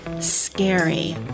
scary